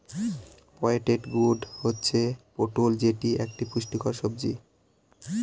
pointed gourd হচ্ছে পটল যেটি এক পুষ্টিকর সবজি